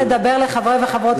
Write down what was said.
לקריאה שנייה וקריאה שלישית,